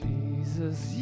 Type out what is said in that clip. Jesus